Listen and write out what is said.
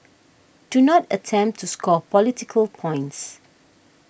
do not attempt to score political points